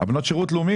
של בנות שירות לאומי?